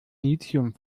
lithium